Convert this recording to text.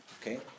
Okay